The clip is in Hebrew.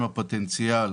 הפוטנציאל